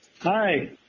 Hi